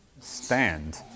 stand